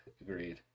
Agreed